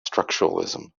structuralism